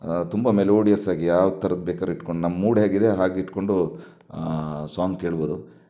ತುಂಬ ಮೆಲೋಡಿಯಸ್ ಆಗಿ ಯಾವ ಥರದ್ದು ಬೇಕಾದ್ರು ಇಟ್ಟುಕೊಂಡು ನಮ್ಮ ಮೂಡ್ ಹೇಗಿದೆ ಹಾಗೆ ಇಟ್ಟುಕೊಂಡು ಸಾಂಗ್ ಕೇಳ್ಬೌದು